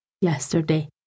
yesterday